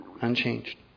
unchanged